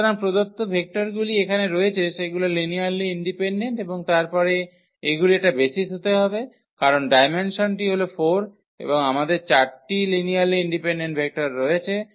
সুতরাং প্রদত্ত ভেক্টরগুলি এখানে রয়েছে সেগুলো লিনিয়ারলি ইন্ডিপেনডেন্ট এবং তারপরে এগুলির একটা বেসিস হতে হবে কারণ ডায়মেনসনটি হল 4 এবং আমাদের 4 টি লিনিয়ারলি ইন্ডিপেনডেন্ট ভেক্টর রয়েছে